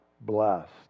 blessed